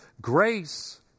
Grace